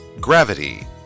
Gravity